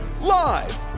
Live